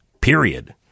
period